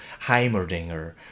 Heimerdinger